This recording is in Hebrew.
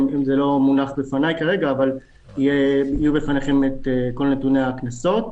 זה לא מונח בפניי כרגע אבל יהיו בפניכם כל נתוני הקנסות.